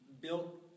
built